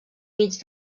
mig